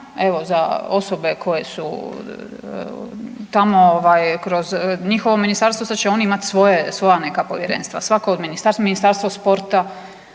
evo za osobe koje su tamo kroz njihovo ministarstvo sada će oni imati svoja neka povjerenstva. Svako od ministarstva, Ministarstvo sporta